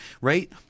right